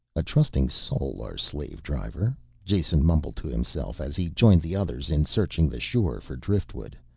a trusting soul, our slave-driver, jason mumbled to himself as he joined the others in searching the shore for driftwood.